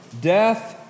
Death